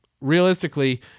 realistically